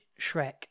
Shrek